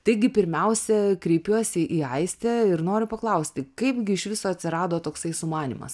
taigi pirmiausia kreipiuosi į aistę ir noriu paklausti kaipgi iš viso atsirado toksai sumanymas